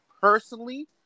personally